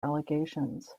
allegations